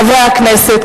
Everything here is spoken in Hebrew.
חברי הכנסת,